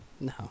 no